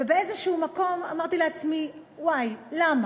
ובאיזה מקום אמרתי לעצמי: וואי, למה?